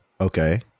okay